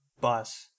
bus